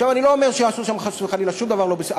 אני לא אומר שעשו שם חס וחלילה דבר לא בסדר.